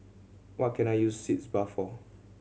what can I use Sitz Bath for